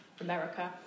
America